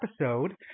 episode